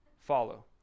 Follow